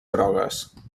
grogues